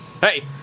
Hey